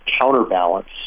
counterbalance